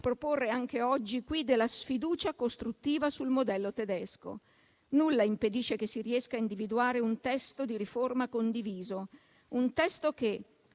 proporre anche oggi qui, della sfiducia costruttiva sul modello tedesco. Nulla impedisce che si riesca a individuare un testo di riforma condiviso; un testo che,